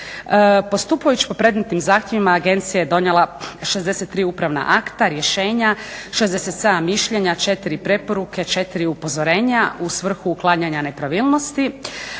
Postupajući po predmetnim zahtjevima Agencija je donijela 63 upravna akta, rješenja, 67 mišljenja, 4 preporuke, 4 upozorenja u svrhu uklanjanja nepravilnosti.